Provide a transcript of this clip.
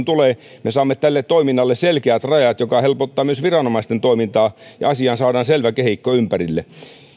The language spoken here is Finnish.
tulee me saamme tälle toiminnalle selkeät rajat mikä helpottaa myös viranomaisten toimintaa ja asiaan saadaan selvä kehikko ympärille